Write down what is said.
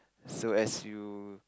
so as you